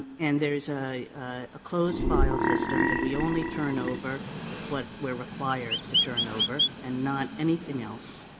and there is a closed file system, that we only turn over what we are required to turn over and not anything else.